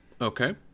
Okay